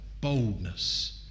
boldness